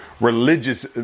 religious